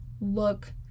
look